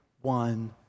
one